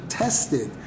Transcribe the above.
tested